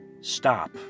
stop